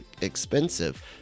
expensive